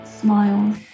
smiles